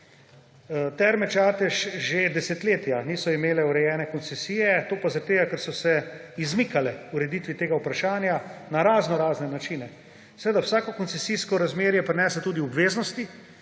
Terme Čatež že desetletja niso imele urejene koncesije, to pa zaradi tega, ker so se izmikale ureditvi tega vprašanja na raznorazne načine. Seveda vsako koncesijsko razmerje prinese tudi obveznosti.